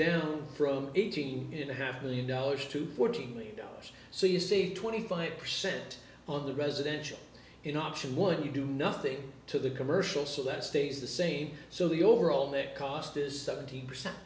down from eighteen and a half million dollars to fourteen million dollars so you say twenty five percent on the residential in option one you do nothing to the commercial so that stays the same so the overall net cost is seventeen percent